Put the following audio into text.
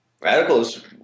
Radicals